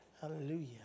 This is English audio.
Hallelujah